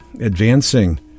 advancing